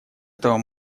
этого